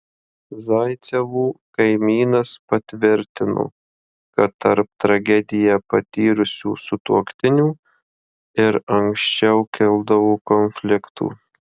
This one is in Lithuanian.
zaicevų kaimynas patvirtino kad tarp tragediją patyrusių sutuoktinių ir anksčiau kildavo konfliktų